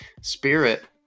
spirit